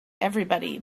everybody